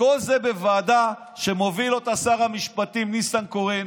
וכל זה בוועדה שמוביל אותה שר המשפטים ניסנקורן.